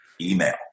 email